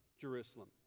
Jerusalem